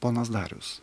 ponas darius